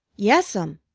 yes'm!